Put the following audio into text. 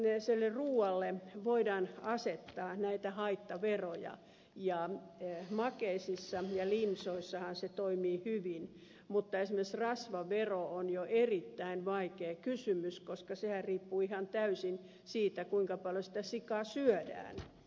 epäterveelliselle ruualle voidaan asettaa näitä haittaveroja ja makeisissa ja limsoissahan se toimii hyvin mutta esimerkiksi rasvavero on jo erittäin vaikea kysymys koska sehän riippuu ihan täysin siitä kuinka paljon sitä sikaa syödään